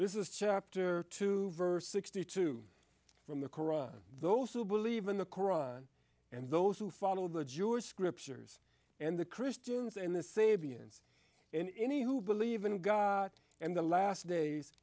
this is chapter two verse sixty two from the koran those who believe in the koran and those who follow the jewish scriptures and the christians and the sapience and any who believe in god and the last days